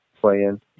playing